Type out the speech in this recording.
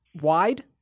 wide